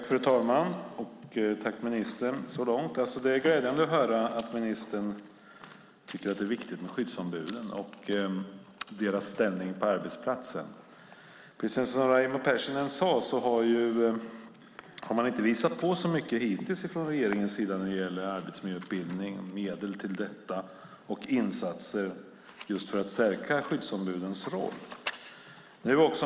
Fru talman! Det är glädjande att höra att ministern tycker att det är viktigt med skyddsombud och deras ställning på arbetsplatsen. Precis som Raimo Pärssinen sade har regeringen hittills inte visat på så mycket när det gäller arbetsmiljöutbildning, medel till detta och insatser just för att stärka skyddsombudens roll.